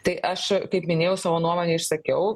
tai aš kaip minėjau savo nuomonę išsakiau